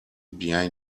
behind